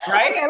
Right